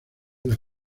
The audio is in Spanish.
las